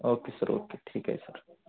okay sir okay ठीक आहे sir